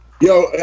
Yo